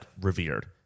revered